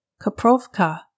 Kaprovka